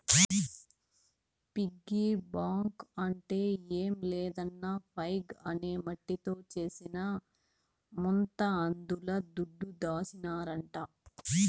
piggy bank అంటే ఏం లేదన్నా పైగ్ అనే మట్టితో చేసిన ముంత అందుల దుడ్డు దాసినారంట